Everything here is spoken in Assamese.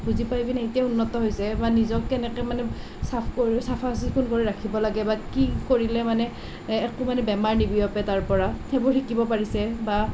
বুজি পাই পিনে এতিয়া উন্নত হৈছে বা নিজক কেনেকৈ মানে চাফা কৰ চাফ চিকুণ কৰি ৰাখিব লাগে বা কি কৰিলে মানে একো মানে বেমাৰ নিবিয়পে তাৰ পৰা সেইবোৰ শিকিব পাৰিছে বা